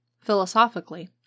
philosophically